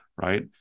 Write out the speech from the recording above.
right